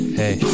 hey